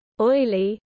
oily